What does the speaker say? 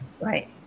right